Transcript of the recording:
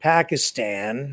Pakistan